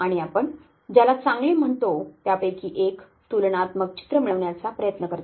आणि आपण ज्याला चांगले म्हणतो त्यापैकी एक तुलनात्मक चित्र मिळविण्याचा प्रयत्न करते